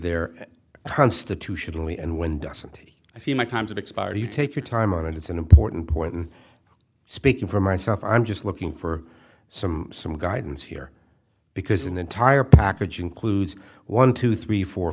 there constitutionally and when doesn't i see my time's expired you take your time and it's an important point and speaking for myself i'm just looking for some some guidance here because an entire package includes one two three four